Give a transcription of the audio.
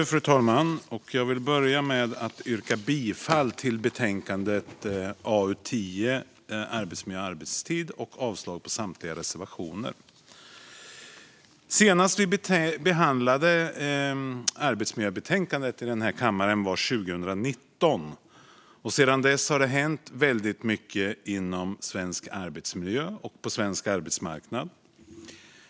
Fru talman! Jag börjar med att yrka bifall till förslaget i betänkande AU10 Arbetsmiljö och arbetstid , och avslag på samtliga reservationer. Senast vi behandlade ett arbetsmiljöbetänkande här i kammaren var 2019. Sedan dess har mycket hänt inom svensk arbetsmiljö och på svensk arbetsmarknad.